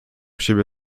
siebie